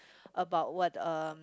about what um